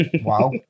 Wow